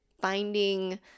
Finding